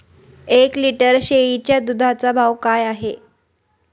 एक लिटर शेळीच्या दुधाचा भाव काय आहे?